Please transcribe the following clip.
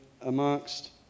amongst